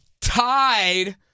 tied